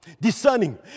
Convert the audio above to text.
Discerning